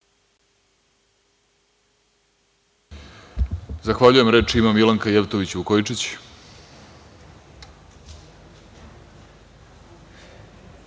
Zahvaljujem. Reč ima Milanka Jevtović Vukojičić.